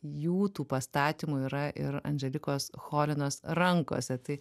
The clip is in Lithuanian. jų tų pastatymų yra ir andželikos cholinos rankose tai